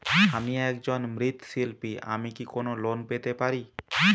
আমি একজন মৃৎ শিল্পী আমি কি কোন লোন পেতে পারি?